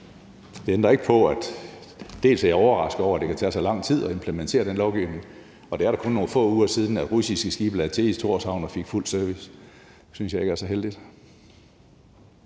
det ændrer ikke på, at jeg er overrasket over, at det kan tage så lang tid at implementere den lovgivning. Og det er da kun nogle få uger siden, russiske skibe lagde til i Thorshavn og fik fuld service – det synes jeg ikke er så heldigt.